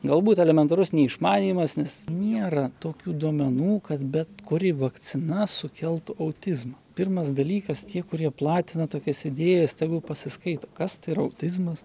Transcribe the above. galbūt elementarus neišmanymas nes nėra tokių duomenų kad bet kuri vakcina sukeltų autizmą pirmas dalykas tie kurie platina tokias idėjas tegul pasiskaito kas tai yra autizmas